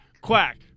Quack